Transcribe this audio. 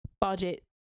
budget